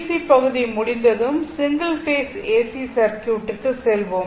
C பகுதி முடிந்ததும் single phase AC சர்க்யூட்க்கு செல்வோம்